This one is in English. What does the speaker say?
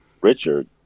Richard